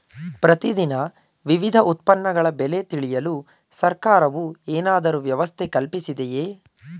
ಪ್ರತಿ ದಿನ ವಿವಿಧ ಉತ್ಪನ್ನಗಳ ಬೆಲೆ ತಿಳಿಯಲು ಸರ್ಕಾರವು ಏನಾದರೂ ವ್ಯವಸ್ಥೆ ಕಲ್ಪಿಸಿದೆಯೇ?